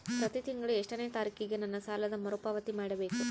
ಪ್ರತಿ ತಿಂಗಳು ಎಷ್ಟನೇ ತಾರೇಕಿಗೆ ನನ್ನ ಸಾಲದ ಮರುಪಾವತಿ ಮಾಡಬೇಕು?